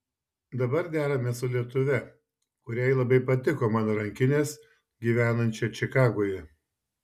dabar deramės su lietuve kuriai labai patiko mano rankinės gyvenančia čikagoje